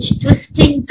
twisting